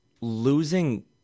Losing